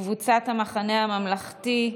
קבוצת המחנה הממלכתי,